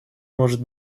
может